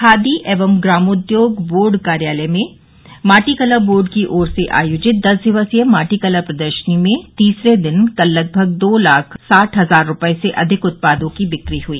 खादी एवं ग्रामोद्योग बोर्ड कार्यालय में माटीकला बोर्ड की ओर से आयोजित दस दिवसीय माटीकला प्रदर्शनी में तीसरे दिन कल लगभग दो लाख साठ हजार रुपये से अधिक उत्पादों की बिक्री हुई